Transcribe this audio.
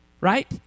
right